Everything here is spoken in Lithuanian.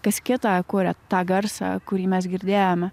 kas kita kuria tą garsą kurį mes girdėjome